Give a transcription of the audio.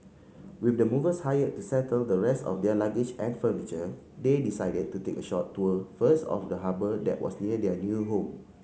with the movers hired to settle the rest of their luggage and furniture they decided to take a short tour first of the harbour that was near their new home